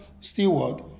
Steward